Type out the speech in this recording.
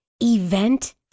event